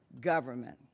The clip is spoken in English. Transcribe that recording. government